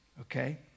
Okay